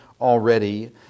already